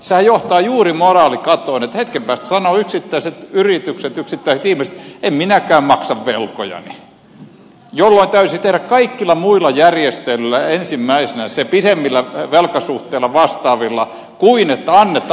sehän johtaa juuri moraalikatoon että hetken päästä sanovat yksittäiset yritykset yksittäiset ihmiset en minäkään maksa velkojani jolloin täytyisi tehdä kaikilla muilla järjestelyillä ensimmäisenä se pidemmillä velkasuhteilla vastaavilla mieluummin kuin se että annetaan nyt periksi